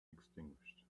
extinguished